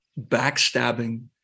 backstabbing